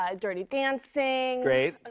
um dirty dancing. great. ah